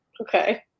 Okay